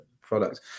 product